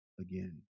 again